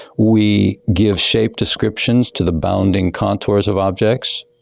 we give shape descriptions to the bounding contours of objects,